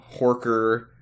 Horker